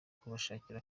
kubashakira